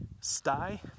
sty